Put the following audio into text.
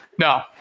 No